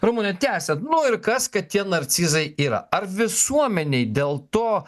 rumune tęsiant nu ir kas kad tie narcizai yra ar visuomenei dėl to